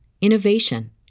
innovation